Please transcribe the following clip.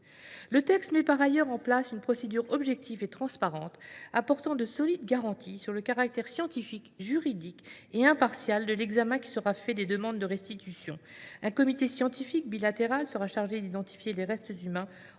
Le texte met par ailleurs en place une procédure objective et transparente apportant de solides garanties sur le caractère scientifique, juridique et impartial de l’examen qui sera fait des demandes de restitution : un comité scientifique bilatéral sera chargé d’identifier les restes humains